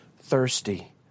thirsty